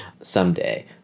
someday